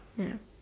ya